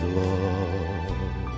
love